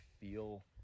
feel